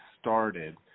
started